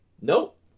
Nope